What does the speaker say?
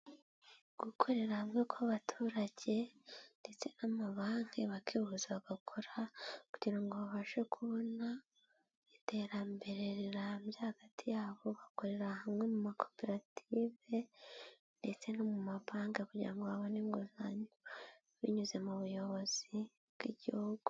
Gukorera hamwe kw'abaturage ndetse n'amabanki, bakihuza bagakora kugira ngo babashe kubona iterambere rirambye hagati yabo bakorera hamwe mu makoperative ndetse no mu mabanki kugira ngo babone inguzanyo, binyuze mu buyobozi bw'igihugu.